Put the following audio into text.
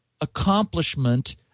accomplishment